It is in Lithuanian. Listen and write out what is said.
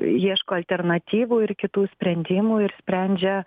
ieško alternatyvų ir kitų sprendimų ir sprendžia